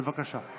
(קוראת בשמות חברי הכנסת)